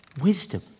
wisdom